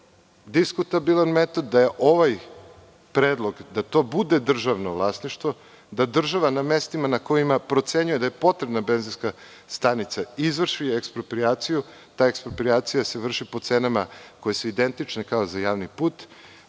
diskutabilan metod, da je ovaj predlog, da to bude državno vlasništvo, da država na mestima na kojima procenjuje da je potrebna benzinska stanica izvrši eksproprijaciju. Ta eksproprijacija se vrši po cenama koje su identične kao za javni put,